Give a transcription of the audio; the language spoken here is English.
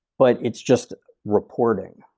but it's just reporting.